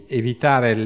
evitare